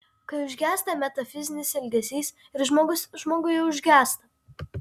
kai užgęsta metafizinis ilgesys ir žmogus žmoguje užgęsta